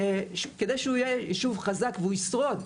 כדי שהוא יהיה ישוב חזק והוא ישרוד,